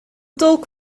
tolk